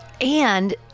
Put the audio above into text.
And-